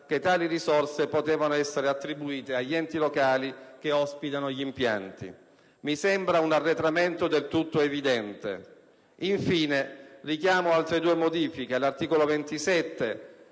che tali risorse potevano essere attribuite agli enti locali che ospitano gli impianti. Mi sembra un arretramento del tutto evidente. Per concludere, richiamo altre due modifiche: all'articolo 27